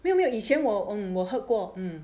没有没有以前我 mm 我 hurt 过 mm